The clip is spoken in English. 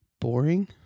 boring